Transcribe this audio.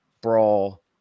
brawl